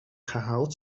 gehaald